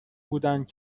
بودند